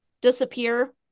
disappear